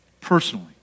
personally